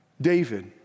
David